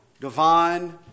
divine